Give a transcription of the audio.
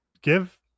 give